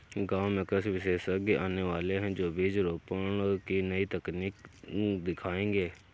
गांव में कृषि विशेषज्ञ आने वाले है, जो बीज रोपण की नई तकनीक सिखाएंगे